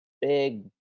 big